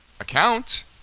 account